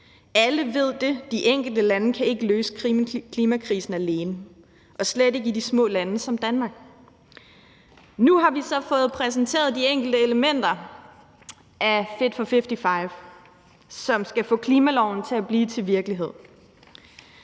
Alle ved det; de enkelte lande kan ikke løse klimakrisen alene og slet ikke i de små lande som Danmark. Nu har vi så fået præsenteret de enkelte elementer af Fit for 55, som skal få klimaloven til at blive til virkelighed.